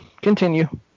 Continue